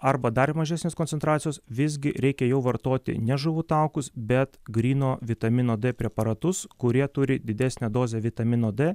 arba dar mažesnės koncentracijos visgi reikia jau vartoti ne žuvų taukus bet gryno vitamino d preparatus kurie turi didesnę dozę vitamino d